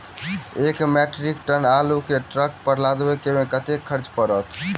एक metric ton आलु केँ ट्रक पर लदाबै मे कतेक खर्च पड़त?